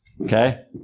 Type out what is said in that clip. Okay